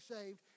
saved